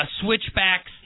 switchbacks